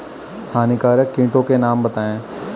हानिकारक कीटों के नाम बताएँ?